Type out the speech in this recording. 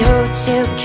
Hotel